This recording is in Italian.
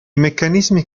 meccanismi